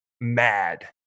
mad